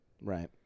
Right